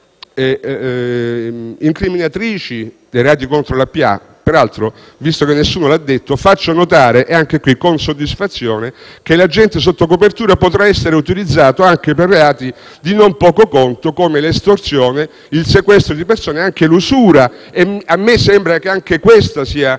incriminatrici dei reati contro la pubblica amministrazione. Peraltro, visto che nessuno l'ha detto, faccio notare - anche in questo caso con soddisfazione - che l'agente sotto copertura potrà essere utilizzato anche per reati di non poco conto, come l'estorsione, il sequestro di persona e l'usura; a me sembra che anche questa sia